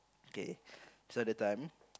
k so that time